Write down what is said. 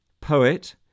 poet